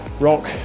rock